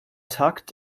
tucked